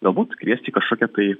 galbūt kviesti į kažkokią tai